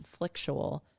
conflictual